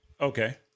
Okay